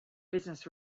business